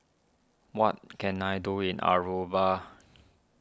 what can I do in Aruba